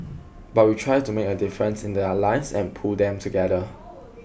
but we try to make a difference in their lives and pull them together